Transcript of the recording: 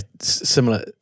similar